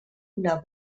una